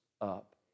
up